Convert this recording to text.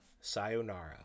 sayonara